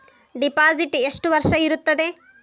Deposit ಎಷ್ಟು ವರ್ಷ ಇರುತ್ತದೆ?